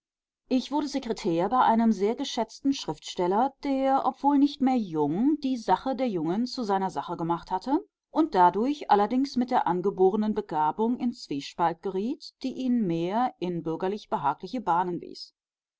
ich wurde sekretär bei einem sehr geschätzten schriftsteller der obwohl nicht mehr jung die sache der jungen zu seiner sache gemacht hatte und dadurch allerdings mit der angeborenen begabung in zwiespalt geriet die ihn mehr in bürgerlich behagliche bahnen wies